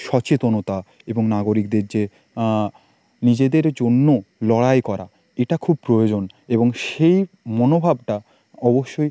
সচেতনতা এবং নাগরিকদের যে নিজেদের জন্য লড়াই করা এটা খুব প্রয়োজন এবং সেই মনোভাবটা অবশ্যই